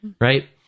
right